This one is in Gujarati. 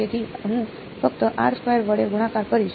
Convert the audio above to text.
તેથી હું ફક્ત વડે ગુણાકાર કરીશ